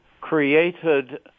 created